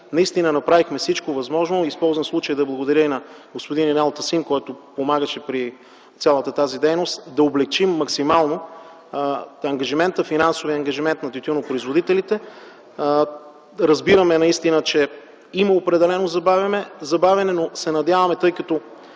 наистина направихме всичко възможно. Използвам случая да благодаря на господин Юнал Тасим, който помагаше при цялата тази дейност да облекчим максимално финансовия ангажимент на тютюнопроизводителите. Разбираме, че има определено забавяне, но се надяваме, тъй като